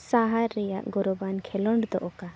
ᱥᱟᱦᱟᱨ ᱨᱮᱱᱟᱜ ᱜᱚᱨᱚᱵᱟᱱ ᱠᱷᱮᱞᱳᱸᱰ ᱫᱚ ᱚᱠᱟ